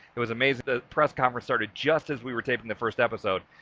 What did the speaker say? it was amazing the press conference started just as we were taping the first episode.